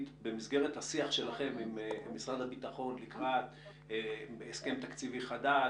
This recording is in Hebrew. במסגרת השיח שלכם עם משרד הביטחון לקראת הסכם תקציבי חדש,